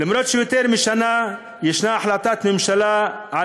למרות שיותר משנה ישנה החלטת ממשלה על